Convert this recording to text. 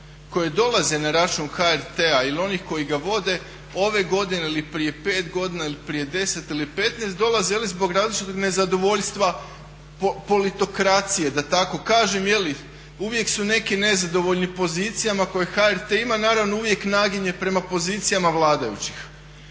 koje dolaze na račun HRT-a ili onih koji ga vode ove godine ili prije pet godina ili prije deset ili petnaest dolaze ili zbog različitog nezadovoljstva politokracije da tako kažem. Uvijek su neki nezadovoljni pozicijama koje HRT ima, naravno uvijek naginje prema pozicijama vladajućih.